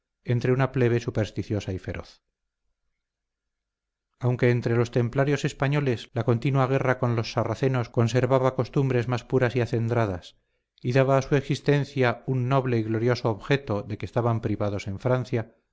entre una plebe supersticiosa y feroz aunque entre los templarios españoles la continua guerra con los sarracenos conservaba costumbres más puras y acendradas y daba a su existencia un noble y glorioso objeto de que estaban privados en francia